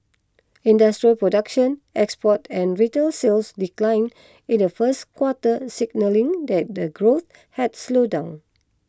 industrial production exports and retail sales declined in the first quarter signalling that the growth had slowed down